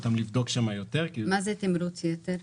מה זה תמרוץ יתר?